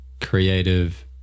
creative